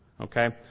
Okay